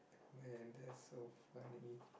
and that's so funny